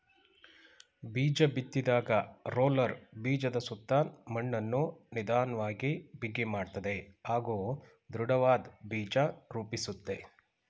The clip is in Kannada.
ಬೀಜಬಿತ್ತಿದಾಗ ರೋಲರ್ ಬೀಜದಸುತ್ತ ಮಣ್ಣನ್ನು ನಿಧನ್ವಾಗಿ ಬಿಗಿಮಾಡ್ತದೆ ಹಾಗೂ ದೃಢವಾದ್ ಬೀಜ ರೂಪಿಸುತ್ತೆ